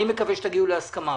אני מקווה שתגיעו להסכמה.